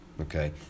okay